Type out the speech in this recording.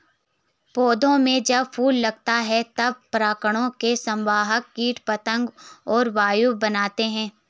पौधों में जब फूल लगता है तब परागकणों के संवाहक कीट पतंग और वायु बनते हैं